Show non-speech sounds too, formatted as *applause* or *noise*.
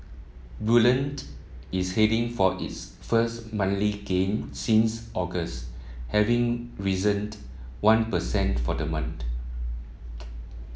bullion is heading for its first monthly gain since August having risened one percent for the month *noise*